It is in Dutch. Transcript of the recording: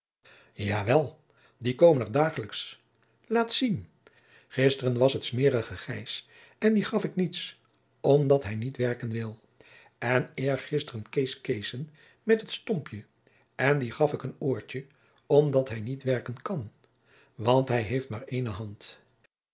wel die komen er dagelijks laat zien gisteren was het smeerige gys en dien gaf ik niets omdat hij niet werken wil en eergisteren kees keessen met het stompje en dien gaf ik een oortje omdat hij niet werken kan want hij heeft maar ééne hand